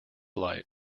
light